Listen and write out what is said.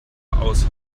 aus